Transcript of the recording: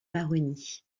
baronnies